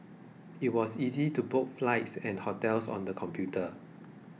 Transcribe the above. it was easy to book flights and hotels on the computer